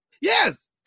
Yes